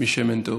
משמן טוב